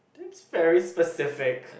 that's very specific